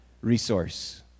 resource